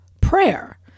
prayer